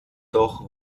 doch